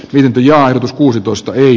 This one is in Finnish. lintuja jo kuusitoista ei